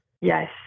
Yes